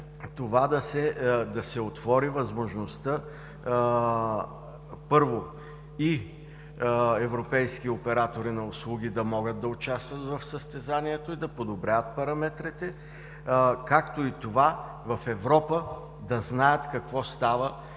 да се отвори възможността, първо, и европейски оператори на услуги да могат да участват в състезанието и да подобряват параметрите, както и в Европа да знаят какво става